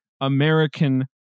American